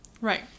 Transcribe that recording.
Right